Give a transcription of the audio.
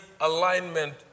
alignment